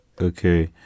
Okay